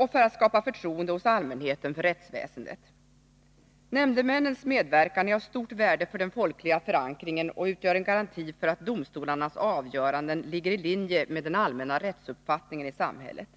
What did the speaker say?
och för skapande av förtroende hos allmänheten för rättsväsendet. Nämndemännens medverkan är av stort värde för den folkliga förankringen och utgör en garanti för att domstolarnas avgöranden ligger i linje med den allmänna rättsuppfattningen i samhället.